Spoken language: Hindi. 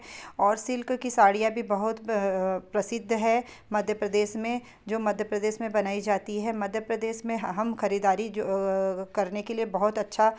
और सिल्क की साड़ियाँ भी बहुत ब प्रसिद्ध है मध्यप्रदेश में जो मध्यप्रदेश में बनाई जाती हैं मध्यप्रदेश में हम खरीदारी जो करने के लिए बहुत अच्छा